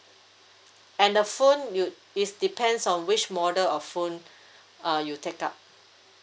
and the phone you it depends on which model of phone uh you take up